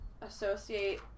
associate